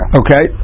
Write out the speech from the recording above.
okay